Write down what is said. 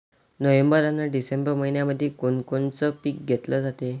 November अन December मइन्यामंधी कोण कोनचं पीक घेतलं जाते?